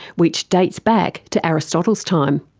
which dates back to aristotle's time.